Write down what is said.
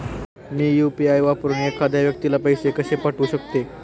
मी UPI वापरून एखाद्या व्यक्तीला पैसे कसे पाठवू शकते?